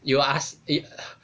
you ask